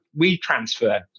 WeTransfer